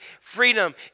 freedom